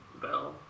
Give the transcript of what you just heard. bell